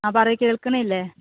ആ പറയൂ കേൾക്കുന്നില്ലേ